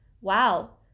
Wow